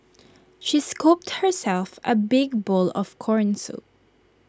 she scooped herself A big bowl of Corn Soup